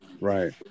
right